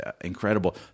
incredible